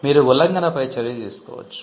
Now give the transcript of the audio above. మీరు ఉల్లంఘనపై చర్య తీసుకోవచ్చు